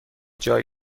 جای